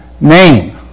name